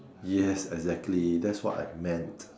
yes exactly that's what I meant